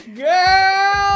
girl